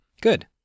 Good